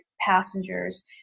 passengers